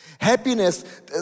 Happiness